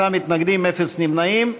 3 נמנעים,